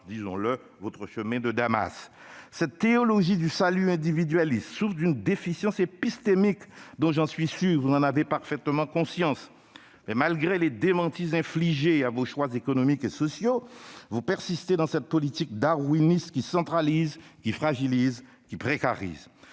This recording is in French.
sorte, votre chemin de Damas. Cette théologie du salut individualiste souffre d'une déficience épistémique dont, j'en suis sûr, vous avez parfaitement conscience. Mais, malgré les démentis infligés à vos choix économiques et sociaux, vous persistez dans cette politique darwiniste qui centralise, qui fragilise, qui précarise.